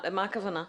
מה הכוונה?